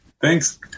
Thanks